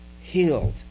healed